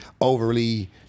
overly